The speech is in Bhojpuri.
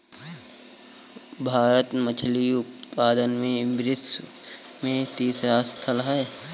भारत मछली उतपादन में विश्व में तिसरा स्थान पर बा